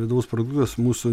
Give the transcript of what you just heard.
vidaus produktas mūsų